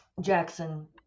Jackson